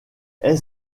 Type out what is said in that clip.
est